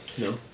No